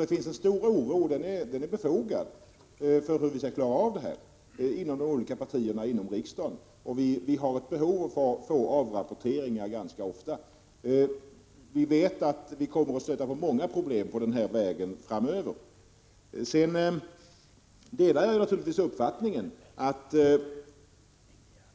Det finns inom de olika partierna i riksdagen en stark oro, som är befogad, för hur dessa problem skall lösas, och vi har behov av att ganska ofta få rapporter. Det kommer också att dyka upp många problem på vägen framöver. Jag delar naturligtvis uppfattningen att